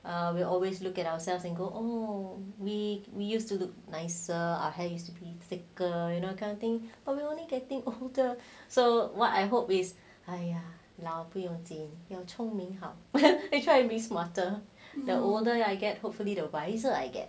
err we will always look at ourselves and go oh we we used to look nicer eyes thicker I think uh you know kind of thing but we only getting older so what I hope is !aiya! 老不用紧要聪明好 how you try and be smarter no older I get hopefully the wiser I get